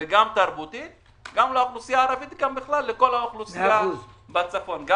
וגם תרבותית גם לאוכלוסייה הערבית ולכל האוכלוסייה בצפון,